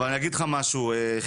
אבל אני אגיד לך משהו יחיעם,